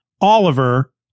Oliver